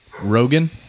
Rogan